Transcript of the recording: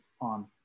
on